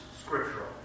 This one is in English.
scriptural